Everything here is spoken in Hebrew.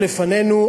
שלפנינו,